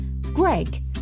Greg